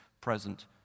present